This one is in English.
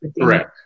Correct